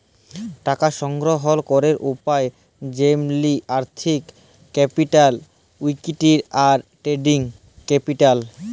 টাকা সংগ্রহল ক্যরের উপায় যেমলি আর্থিক ক্যাপিটাল, ইকুইটি, আর ট্রেডিং ক্যাপিটাল